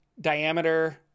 diameter